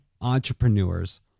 entrepreneurs